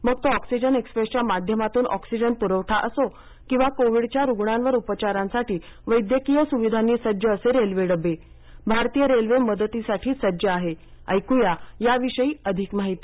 मग तो ऑक्सिजन एक्सप्रेसच्या माध्यमातून ऑक्सिजन पुरवठा असो किंवा कोविडच्या रुग्णांवर उपचारांसाठी वैद्यकीय सुविधांनी सज्ज असे रेल्वे डबे भारतीय रेल्वे मदतीसाठी सज्ज आहे ऐकुया याविषयी अधिक माहिती